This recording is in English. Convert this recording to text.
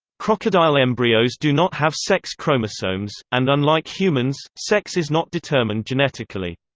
crocodile embryos do not have sex chromosomes, and unlike humans, sex is not determined genetically.